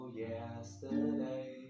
yesterday